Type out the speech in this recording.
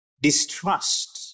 distrust